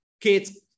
kids